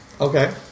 Okay